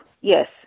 yes